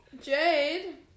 Jade